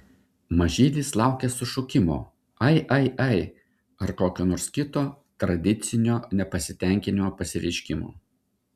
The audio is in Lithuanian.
mažylis laukia sušukimo ai ai ai ar kokio nors kito tradicinio nepasitenkinimo pasireiškimo